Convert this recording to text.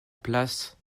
place